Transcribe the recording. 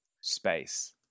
space